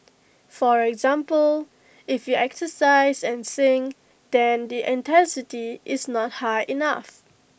for example if you exercise and sing then the intensity is not high enough